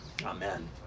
Amen